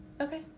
Okay